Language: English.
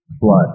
blood